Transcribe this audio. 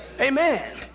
Amen